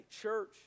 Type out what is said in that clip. church